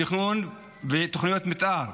תכנון ותוכניות מתאר,